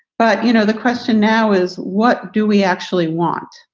but, you know, the question now is, what do we actually want?